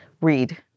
Read